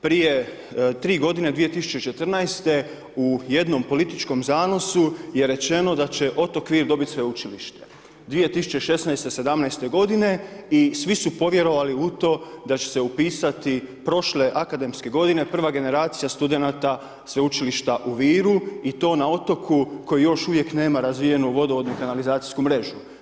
Prije 3 godine, 2014. u jednom političkom zanosu je rečeno da će otok Vir dobiti sveučilište 2016.-2017. godine i svi su povjerovali u to da će se upisati prošle akademske godine prva generacija studenata sveučilišta u Viru i to na otoku koji još uvijek nema razvijenu vodovodnu i kanalizacijsku mrežu.